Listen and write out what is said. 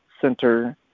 center